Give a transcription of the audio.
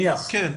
נניח ---' כן,